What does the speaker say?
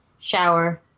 shower